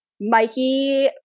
Mikey